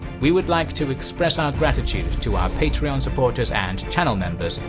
we would like to express our gratitude to our patreon supporters and channel members,